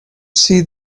see